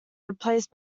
replaced